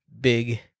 big